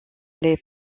les